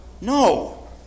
no